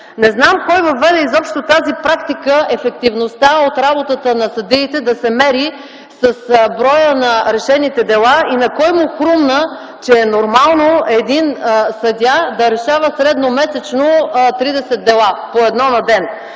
Не знам кой въведе изобщо тази практика – ефективността от работата на съдиите да се мери с броя на решените дела, и на кой му хрумна, че е нормално един съдия да решава средномесечно 30 дела – по едно на ден.